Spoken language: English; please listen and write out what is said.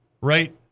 Right